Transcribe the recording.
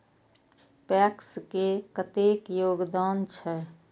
PACS के कतेक योगदान छै?